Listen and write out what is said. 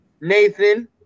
Nathan